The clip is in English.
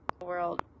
world